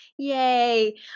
Yay